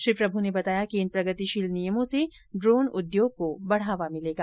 श्री प्रमु ने बताया कि इन प्रगतिशील नियमों से ड्रोन उद्योग को बढ़ावा मिलेगा